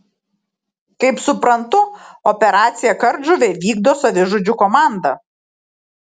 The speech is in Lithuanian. kaip suprantu operaciją kardžuvė vykdo savižudžių komanda